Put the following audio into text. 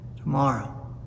tomorrow